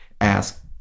ask